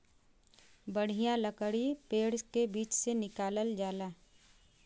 बढ़िया लकड़ी पेड़ के बीच से निकालल जाला